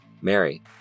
Mary